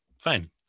fine